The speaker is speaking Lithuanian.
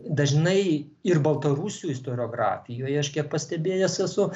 dažnai ir baltarusių istoriografijoje aš kiek pastebėjęs esu